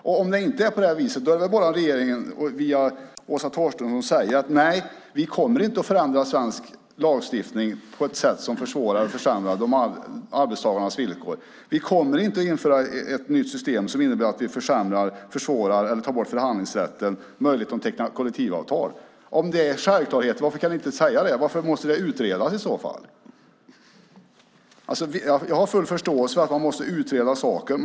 Och om det inte är på det viset är det väl bara för regeringen att via Åsa Torstensson säga: Nej, vi kommer inte att förändra svensk lagstiftning på ett sätt som försvårar och försämrar arbetstagarnas villkor. Vi kommer inte att införa ett nytt system som innebär att vi försämrar, försvårar eller tar bort förhandlingsrätten, möjligheten att teckna kollektivavtal. Om det är självklarheter, varför kan ni inte säga det? Varför måste det utredas i så fall? Jag har full förståelse för att man måste utreda saker.